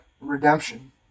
redemption